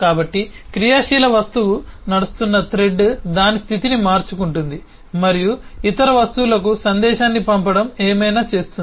కాబట్టి క్రియాశీల వస్తువు నడుస్తున్న థ్రెడ్ దాని స్థితిని మార్చుకుంటుంది మరియు ఇతర వస్తువులకు సందేశాన్ని పంపడం ఏమైనా చేస్తుంది